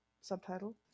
subtitle